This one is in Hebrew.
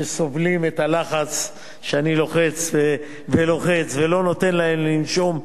שסובלים את הלחץ שאני לוחץ ולוחץ ולא נותן להם לנשום.